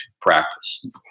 practice